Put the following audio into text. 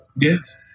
Yes